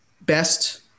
best